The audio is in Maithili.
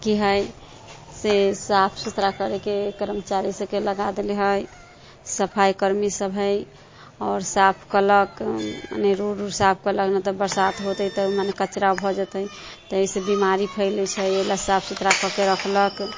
कि हइ से साफ सुथरा करैके कर्मचारी सभकेँ लगा देले हइ सफाइकर्मी सभ हइ आओर साफ कयलक रोड ओड साफ कयलक नहि तऽ बरसात होतै तऽ मने कचड़ा भऽ जेतै ताहिसँ बीमारी फैलैत छै एहि लऽ सभ नहि साफ सुथरा कऽ के रखलक